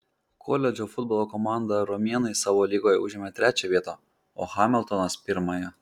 koledžo futbolo komanda romėnai savo lygoje užėmė trečią vietą o hamiltonas pirmąją